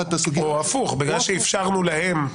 או הפוך, בגלל שאפשרנו להם.